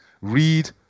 Read